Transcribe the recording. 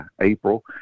April